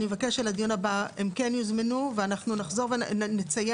אני אבקש שלדיון הבא הם כן יוזמנו ואנחנו נחזור ונציין,